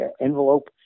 envelope